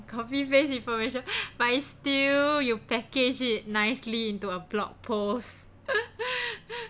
copy paste information but is still you package it nicely into a blog post